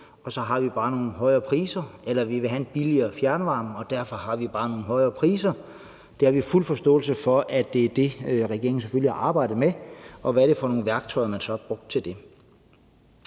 og så har vi bare nogle højere priser, eller vi vil have en billigere fjernvarme, og derfor har vi bare nogle højere priser. Det har vi fuld forståelse for er det, regeringen selvfølgelig har arbejdet med, og hvad er det for nogle værktøjer, man så har brugt til det?